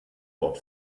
bord